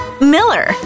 Miller